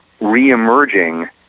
reemerging